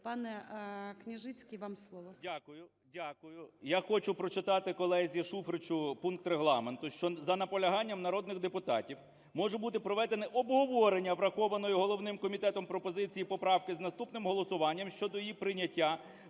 М.Л. Дякую, дякую. Я хочу прочитати колезі Шуфричу пункт Регламенту, що за наполяганням народних депутатів може бути проведене обговорення врахованої головним комітетом пропозиції поправки з наступним голосуванням щодо її прийняття,